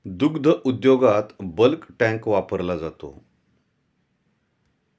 दुग्ध उद्योगात bulk tank वापरला जातो